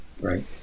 Right